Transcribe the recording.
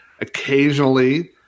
occasionally